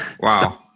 Wow